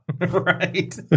Right